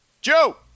Joe